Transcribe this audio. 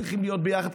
צריכים להיות ביחד,